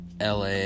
LA